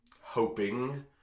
hoping